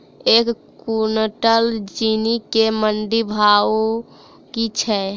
एक कुनटल चीनी केँ मंडी भाउ की छै?